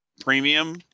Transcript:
premium